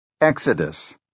Exodus